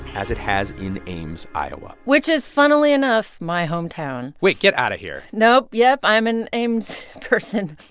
as it has in ames, iowa which is, funnily enough, my hometown wait get out of here nope. yep, i'm an ames person